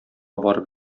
барып